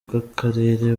bw’akarere